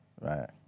Right